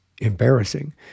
embarrassing